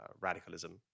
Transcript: radicalism